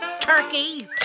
Turkey